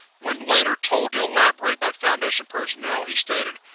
when later told to elaborate by foundation personnel, he stated,